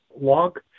log